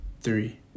three